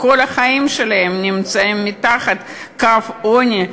וכל החיים שלהם נמצאים מתחת לקו העוני,